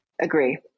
Agree